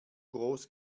groß